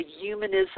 Humanism